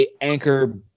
Anchor